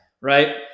Right